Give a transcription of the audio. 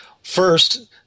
First